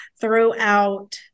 throughout